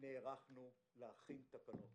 נערכנו להכין תקנות